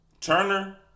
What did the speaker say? Turner